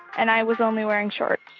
and i was only wearing shorts.